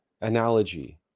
analogy